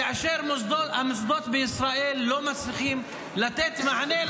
כאשר המוסדות בישראל לא מצליחים לתת מענה על